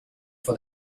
for